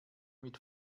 mit